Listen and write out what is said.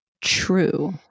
true